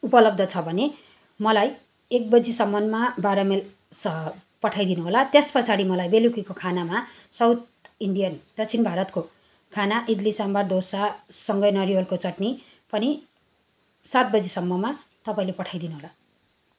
उपलब्ध छ भने मलाई एक बजीसम्ममा बाह्र माइल पठाइ दिनुहोला र त्यस पछाडि मलाई बेलुकीको खानामा साउथ इण्डियन दक्षिण भारतको खाना इडली साम्बार डोसासँगै नरिवलको चटनी पनि सात बजीसम्ममा तपाईँले पठाई दिनुहोला